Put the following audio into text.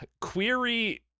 query